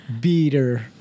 Beater